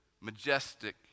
Majestic